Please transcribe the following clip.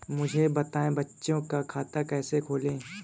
मुझे बताएँ बच्चों का खाता कैसे खोलें?